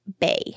bay